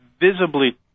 visibly